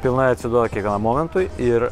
pilnai atsiduoda kiekvienam momentui ir